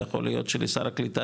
יכול להיות שמשרד הקליטה,